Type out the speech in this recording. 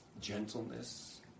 gentleness